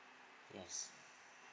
yes